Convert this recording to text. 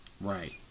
Right